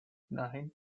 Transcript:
nine